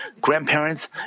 grandparents